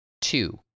two